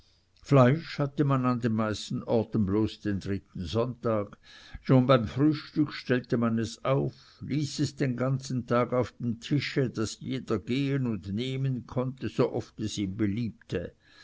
fleisch hatte man an den meisten orten bloß den dritten sonntag schon beim frühstück stellte man es auf ließ es den ganzen tag auf dem tische daß jeder gehen und nehmen konnte so oft es ihm beliebte